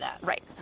Right